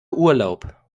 urlaub